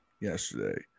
yesterday